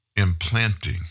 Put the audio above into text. Implanting